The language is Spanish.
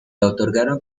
otorgaron